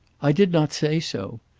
i did not say so.